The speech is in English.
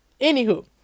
Anywho